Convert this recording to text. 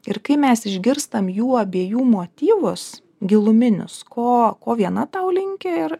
ir kai mes išgirstam jų abiejų motyvus giluminius ko ko viena tau linki ir